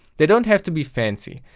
they don't have to be fancy,